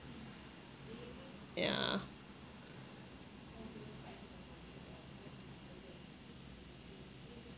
yeah